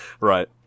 Right